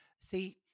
See